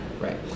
Right